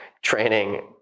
training